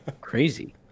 crazy